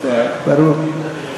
ברור.